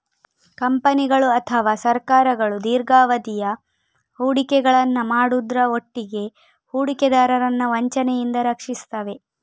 ಕಂಪನಿಗಳು ಅಥವಾ ಸರ್ಕಾರಗಳು ದೀರ್ಘಾವಧಿಯ ಹೂಡಿಕೆಗಳನ್ನ ಮಾಡುದ್ರ ಒಟ್ಟಿಗೆ ಹೂಡಿಕೆದಾರರನ್ನ ವಂಚನೆಯಿಂದ ರಕ್ಷಿಸ್ತವೆ